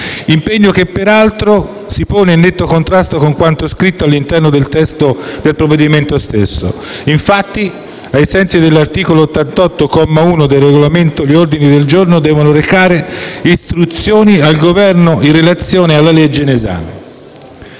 impegno si pone peraltro in netto contrasto con quanto scritto all'interno del testo del provvedimento stesso. Infatti, ai sensi dell'articolo 95, comma 1 del Regolamento, gli ordini del giorno devono recare istruzioni al Governo in relazione alla legge in esame.